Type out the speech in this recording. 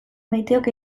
maiteok